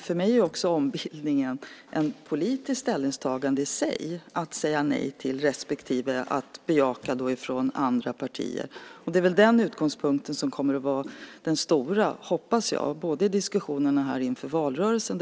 För mig är också ombildningen ett politiskt ställningstagande i sig, att säga nej till respektive att bejaka, som gäller för andra partier. Det är väl den utgångspunkten som kommer att vara den stora, hoppas jag, både i diskussionerna här och i valrörelsen.